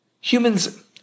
Humans